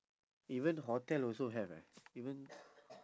even hotel also have eh even